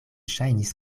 ŝajnis